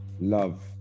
love